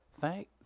thank